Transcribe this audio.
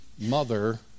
Mother